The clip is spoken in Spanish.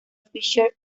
fischer